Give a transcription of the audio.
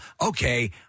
Okay